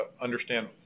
understand